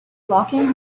locking